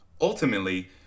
Ultimately